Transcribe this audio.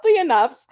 enough